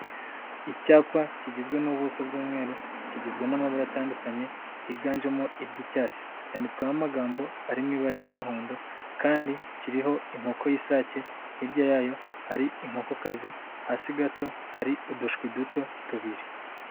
Icyapa kigizwe n'ubuso bw'umweru kigizwe n'amabara atandukanye higanjemo iry'icyatsi, cyanditsweho amagambo ari mu ibara ry'umuhondo, kandi kiriho inkoko y'isake, hirya yayo hari inkokokazi hasi gato hari udushwi duto tubiri.